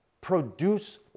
produce